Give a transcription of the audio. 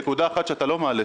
נקודה אחת שאתה לא מעלה,